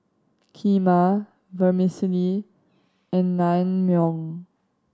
Kheema Vermicelli and Naengmyeon